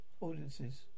audiences